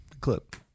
Clip